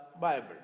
Bible